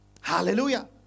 Hallelujah